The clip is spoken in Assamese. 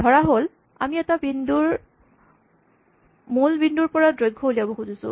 ধৰাহ'ল আমি এটা বিন্দুৰ মূল বিন্দুৰ পৰা দৈৰ্ঘ ওলিয়াব খুজিছোঁ